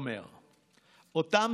עשרות אלפי עסקים קטנים: מסעדות, משרדים,